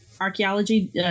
archaeology